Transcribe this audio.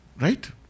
Right